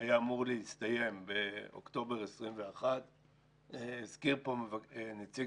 היה אמור להסתיים באוקטובר 2021. הזכיר פה נציג